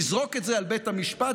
לזרוק את זה על בית המשפט,